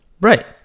Right